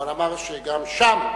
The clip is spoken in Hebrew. אבל אמר שגם שם,